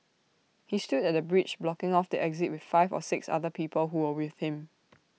he stood at the bridge blocking off the exit with five or six other people who were with him